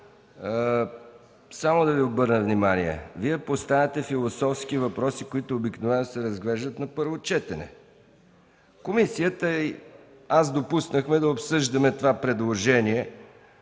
само да Ви обърна внимание – Вие поставяте философски въпроси, които обикновено се разглеждат на първо четене. Комисията и аз допуснахме да обсъждаме това предложение